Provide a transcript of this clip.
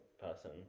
person